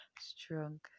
strong